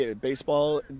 baseball